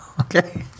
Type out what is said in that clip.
Okay